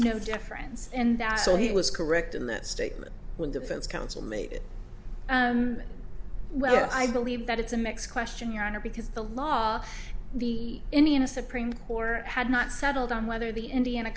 no difference in that so he was correct in that statement when defense counsel may well i believe that it's a mix question your honor because the law the indian a supreme court had not settled on whether the indiana